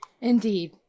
indeed